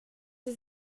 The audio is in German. sie